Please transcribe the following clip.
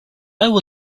will